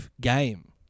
game